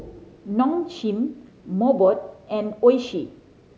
Nong Shim Mobot and Oishi